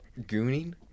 Gooning